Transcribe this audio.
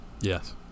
Yes